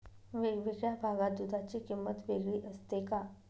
वेगवेगळ्या भागात दूधाची किंमत वेगळी असते का?